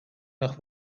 nach